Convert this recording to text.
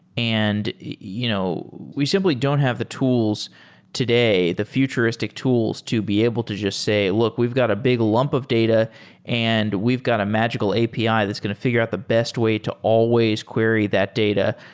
and you know we simply don't have the tools today, the futuristic tools to be able to just say, look, we've got a big lump of data and we've got a magical api that's going to fi gure out the best way to always query that data.